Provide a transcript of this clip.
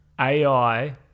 AI